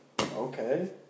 okay